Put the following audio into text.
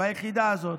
ביחידה הזאת,